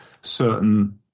certain